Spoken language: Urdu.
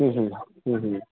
ہوں ہوں ہوں ہوں